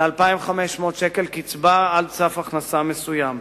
ל-2,500 שקל קצבה עד סף הכנסה מסוים.